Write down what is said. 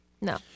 No